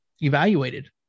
evaluated